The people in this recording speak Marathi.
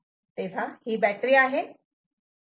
तेव्हा ही बॅटरी आहे